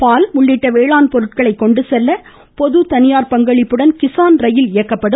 பால் உள்ளிட்ட வேளாண் பொருட்களை கொண்டு செல்வதற்காக பொது தனியார் பங்களிப்புடன் கிஸான் ரயில் இயக்கப்படும்